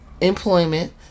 employment